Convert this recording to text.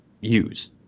use